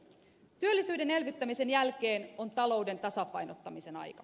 työllisyyden elvyttämisen jälkeen on talouden tasapainottamisen aika